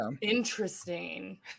Interesting